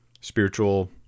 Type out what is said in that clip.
spiritual